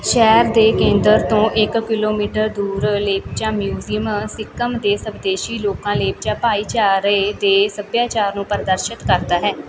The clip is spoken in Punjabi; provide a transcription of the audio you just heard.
ਸ਼ਹਿਰ ਦੇ ਕੇਂਦਰ ਤੋਂ ਇੱਕ ਕਿਲੋਮੀਟਰ ਦੂਰ ਲੇਪਚਾ ਮਿਊਜ਼ੀਅਮ ਸਿੱਕਮ ਦੇ ਸਵਦੇਸ਼ੀ ਲੋਕਾਂ ਲੇਪਚਾ ਭਾਈਚਾਰੇ ਦੇ ਸੱਭਿਆਚਾਰ ਨੂੰ ਪ੍ਰਦਰਸ਼ਿਤ ਕਰਦਾ ਹੈ